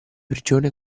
prigione